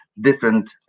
different